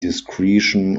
discretion